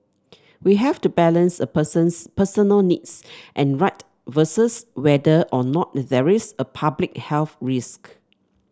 we have to balance a person's personal needs and right versus whether or not there is a public health risk